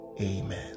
Amen